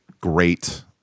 great